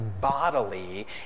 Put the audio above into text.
bodily